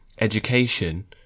education